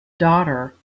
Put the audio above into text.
daughter